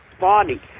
body